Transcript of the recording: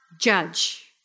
judge